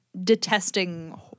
detesting